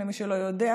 למי שלא יודע,